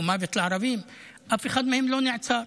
"מוות לערבים" אף אחד מהם לא נעצר,